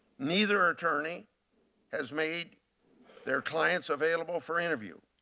neither attorney has made their clients available for interviews.